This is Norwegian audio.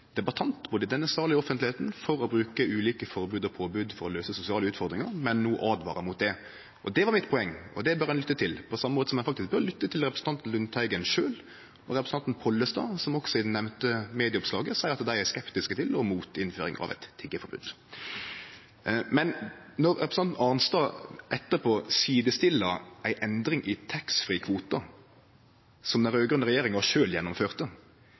debattant, både i denne salen og i offentlegheita, for å bruke ulike forbod og påbod for å løyse sosiale utfordringar, men no åtvarar mot det. Det var mitt poeng, og det bør ein lytte til, på same måte som ein faktisk bør lytte til representanten Lundteigen sjølv og representanten Pollestad, som også i det nemnde medieoppslaget seier at dei er skeptiske til og mot innføring av eit tiggeforbod. Men når representanten Arnstad etterpå sidestiller ei endring i taxfree-kvota, som den raud-grøne regjeringa sjølv gjennomførte